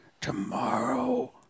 tomorrow